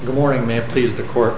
the morning may please the court